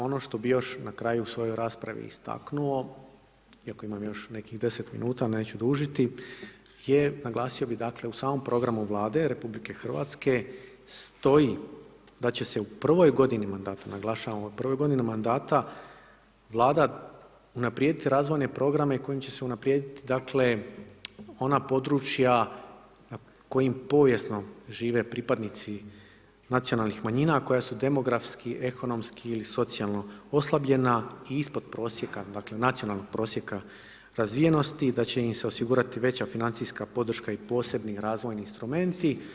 Ono što bi još na kraju u svojoj raspravi istaknuo, iako imam još nekih 10 min, neću dužiti je, naglasio bi dakle u samom programu Vlade RH stoji da će se u prvoj godini mandata, naglašavam, u prvoj godini mandata, Vlada unaprijediti razvojne programe koji će se unaprijediti dakle ona područja koji povijesno žive, pripadnici nacionalnih manjina, a koja su demografski, ekonomski ili socijalno oslabljena i ispod prosjeka, dakle nacionalnog prosjeka razvijenosti i da će im se osigurati veća financijska podrška i posebni razvoji razvojni instrumenti.